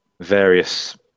various